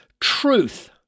truth